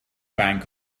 bank